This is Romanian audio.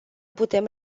putem